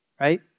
Right